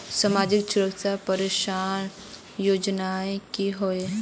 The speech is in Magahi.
सामाजिक सुरक्षा पेंशन योजनाएँ की होय?